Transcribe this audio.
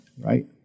Right